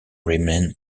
renamed